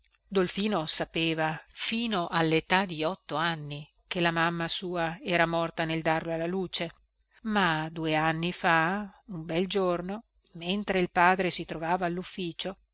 dolfino sapeva fino alletà di otto anni che la mamma sua era morta nel darlo alla luce ma due anni fa un bel giorno mentre il padre si trovava allufficio